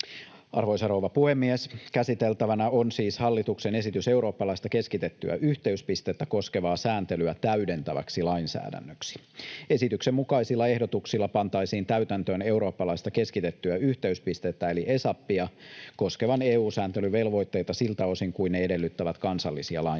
Arvoisa rouva puhemies! Käsiteltävänä on siis hallituksen esitys eurooppalaista keskitettyä yhteyspistettä koskevaa sääntelyä täydentäväksi lainsäädännöksi. Esityksen mukaisilla ehdotuksilla pantaisiin täytäntöön eurooppalaista keskitettyä yhteyspistettä eli ESAPia koskevia EU-sääntelyvelvoitteita siltä osin kuin ne edellyttävät kansallisia lainsäädäntötoimia.